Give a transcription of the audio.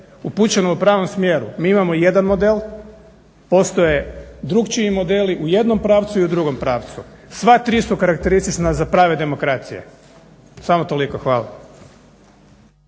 upućeno u pravom smjeru. Mi imamo jedan model, postoje drukčiji modeli u jednom pravcu i u drugom pravcu. Sva tri su karakteristična za prave demokracije. Samo toliko. Hvala.